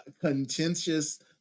contentious